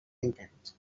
interns